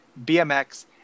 BMX